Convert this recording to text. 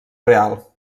real